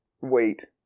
wait